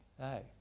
Hey